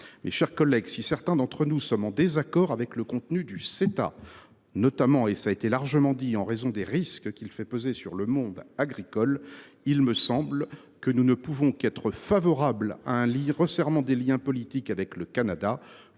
Mes chers collègues, si certains d’entre nous sont en désaccord avec le contenu du Ceta, en raison notamment des risques qu’il fait peser sur le monde agricole, il me semble que nous ne pouvons qu’être favorables à un resserrement des liens politiques avec le Canada,